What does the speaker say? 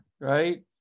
right